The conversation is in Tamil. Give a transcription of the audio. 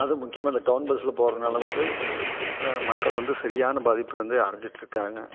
அதுவும் முக்கியமாக இந்த டவுன் பஸ்ஸில் போகிறனால வந்து மக்கள் வந்து சரியான பாதிப்பை வந்து அடைஞ்சிட்டுருக்காங்க